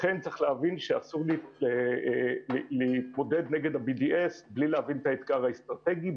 לכן צריך להבין שאסור להתמודד נגד ה-BDS בלי להבין את האתגר האסטרטגי.